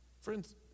Friends